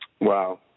Wow